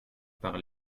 par